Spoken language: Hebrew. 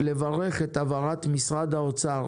אנחנו רוצים לברך את הבהרת משרד האוצר